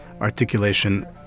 articulation